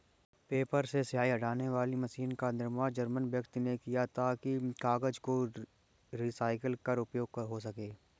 paper से स्याही हटाने वाली मशीन का निर्माण जर्मन व्यक्ति ने किया था ताकि कागज को रिसाईकल कर उपयोग हो सकें